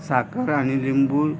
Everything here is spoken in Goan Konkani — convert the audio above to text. साकर आनी लिंबू